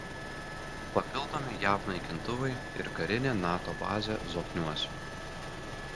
papildomi jav naikintuvai ir karinė nato bazė zokniuose